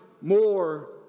more